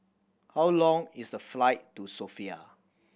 how long is the flight to Sofia